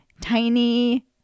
tiny